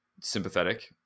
sympathetic